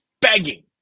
begging